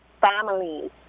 families